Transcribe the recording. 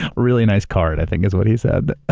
really nice card, i think is what he said.